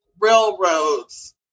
Railroads